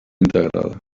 integrada